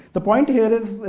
the point here is,